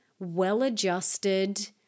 well-adjusted